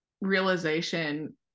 realization